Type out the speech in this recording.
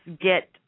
get